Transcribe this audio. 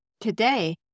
Today